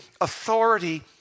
authority